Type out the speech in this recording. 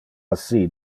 assi